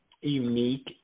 unique